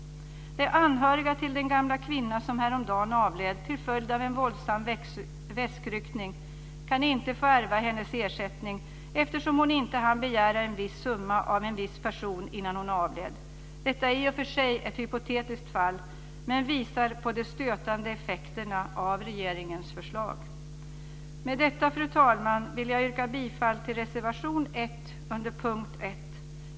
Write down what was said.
De anhöriga till den gamla kvinna som häromdagen avled till följd av en våldsam väskryckning kan inte få ärva hennes ersättning eftersom hon inte hann begära en viss summa av en viss person innan hon avled. Detta är i och för sig ett hypotetiskt fall, men det visar på de stötande effekterna av regeringens förslag. Med detta, fru talman, yrkar jag bifall till reservation 1 under punkt 1.